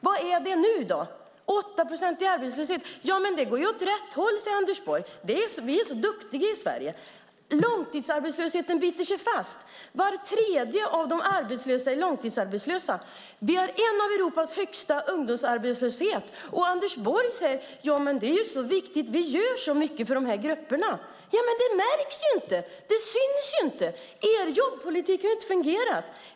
Vad kallar ni det? Det går åt rätt håll, säger Anders Borg. Vi är så duktiga i Sverige. Men långtidsarbetslösheten biter sig fast. Var tredje arbetslös är långtidsarbetslös. Vår ungdomsarbetslöshet är en av de högsta i Europa. Anders Borg säger: Det här är viktigt; vi gör mycket för dessa grupper. Men det märks inte; det syns inte. Er jobbpolitik har inte fungerat.